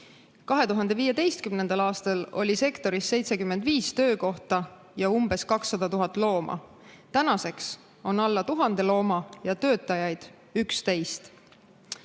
2015. aastal oli sektoris 75 töökohta ja umbes 200 000 looma. Tänaseks on loomi alla 1000 ja töötajaid 11.